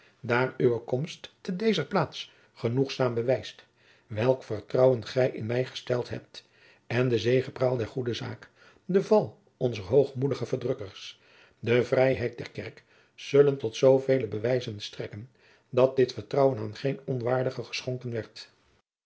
daar uwe komst te dezer plaats genoegzaam bewijst welk vertrouwen gij in mij gesteld hebt en de zegepraal der goede zaak de val onzer hoogmoedige verdrukkers de vrijheid der kerk zullen tot zoovele bewijzen strekken dat jacob van lennep de pleegzoon dit vertrouwen aan geen onwaardige geschonken werd